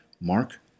Mark